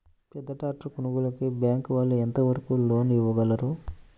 పెద్ద ట్రాక్టర్ కొనుగోలుకి బ్యాంకు వాళ్ళు ఎంత వరకు లోన్ ఇవ్వగలరు?